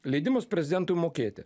leidimas prezidentu mokėti